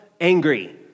angry